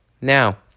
Now